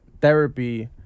therapy